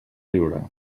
riure